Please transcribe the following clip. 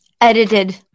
edited